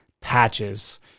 patches